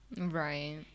right